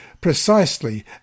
precisely